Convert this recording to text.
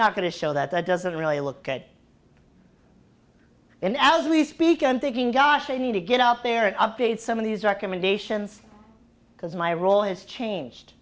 not going to show that i doesn't really look good and as we speak i'm thinking gosh i need to get out there and update some of these recommendations because my role has changed